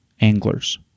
Anglers